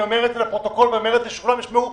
אני אומר את זה לפרוטוקול כך שכולם ישמעו,